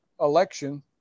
election